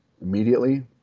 immediately